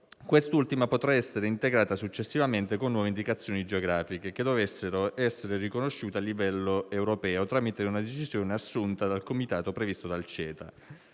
quest'ultima potrà essere integrata successivamente con nuove indicazioni geografiche che dovessero essere riconosciute a livello europeo tramite una decisione assunta dal Comitato previsto dal CETA.